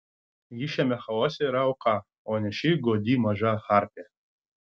ji šiame chaose yra auka o ne ši godi maža harpija